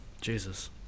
Jesus